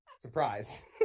Surprise